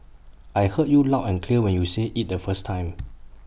I heard you loud and clear when you said IT the first time